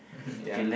mmhmm yeah